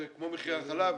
זה כמו מחירי החלב?